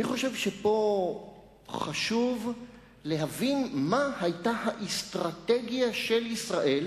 פה חשוב להבין מה היתה האסטרטגיה של ישראל